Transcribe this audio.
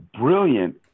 brilliant